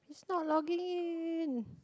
it's not logging in